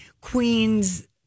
queens